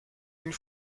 une